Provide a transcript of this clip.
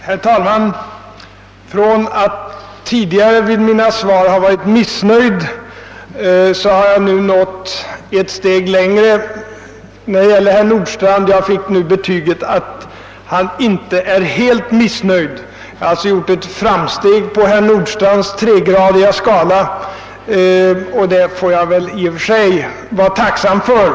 Herr talman! Efter att tidigare med mina svar ha väckt missnöje hos herr Nordstrandh har jag nu nått ett steg längre: jag fick betyget att han »inte är helt missnöjd». Jag har alltså gjort ett framsteg på herr Nordstrandhs tregradiga skala, och det får jag väl i och för sig vara tacksam för.